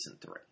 three